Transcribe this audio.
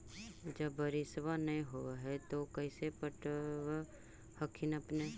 जब बारिसबा नय होब है तो कैसे पटब हखिन अपने?